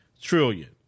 trillion